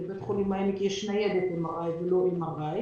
לבית החולים העמק יש שני אדיט MRI ולא MRI,